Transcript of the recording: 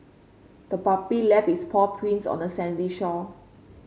the puppy left its paw prints on the sandy shore